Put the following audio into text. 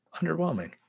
underwhelming